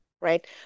right